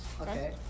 Okay